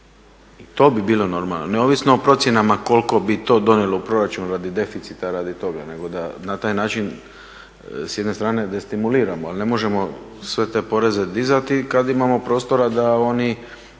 to bi bilo normalno. Neovisno o procjenama koliko bi to donijelo u proračun radi deficita nego da na taj način s jedne strane destimuliramo ali ne možemo sve te poreze dizati kad imamo prostora da oni